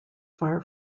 far